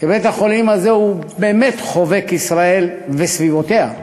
שבית-החולים הזה הוא באמת חובק ישראל, וסביבותיה.